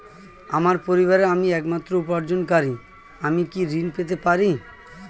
আমার পরিবারের আমি একমাত্র উপার্জনকারী আমি কি ঋণ পেতে পারি?